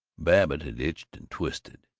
babbitt had itched and twisted.